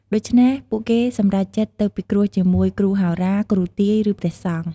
ដូច្នេះ ពួកគេសម្រេចចិត្តទៅពិគ្រោះជាមួយ គ្រូហោរា គ្រូទាយ ឬព្រះសង្ឃ។